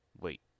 Wait